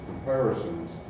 comparisons